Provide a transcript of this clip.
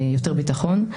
יותר ביטחון.